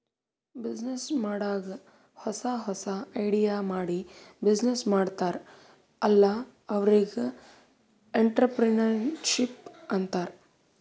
business ಮಾಡಾಗ್ ಹೊಸಾ ಹೊಸಾ ಐಡಿಯಾ ಮಾಡಿ ಬಿಸಿನ್ನೆಸ್ ಮಾಡ್ತಾರ್ ಅಲ್ಲಾ ಅವ್ರಿಗ್ ಎಂಟ್ರರ್ಪ್ರಿನರ್ಶಿಪ್ ಅಂತಾರ್